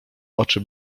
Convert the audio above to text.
oczy